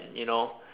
you know